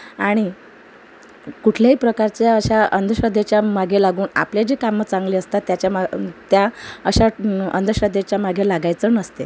आणि कुठल्याही प्रकारच्या अशा अंधश्रद्धेच्या मागे लागून आपले जे कामं चांगले असतात त्याच्या मा त्या अशा अंधश्रद्धेच्या मागे लागायचं नसते